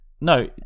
no